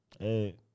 hey